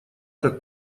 как